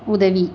உதவி